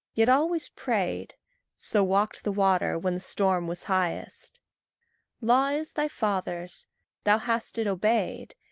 yet always prayed so walked the water when the storm was highest law is thy father's thou hast it obeyed,